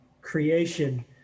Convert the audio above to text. Creation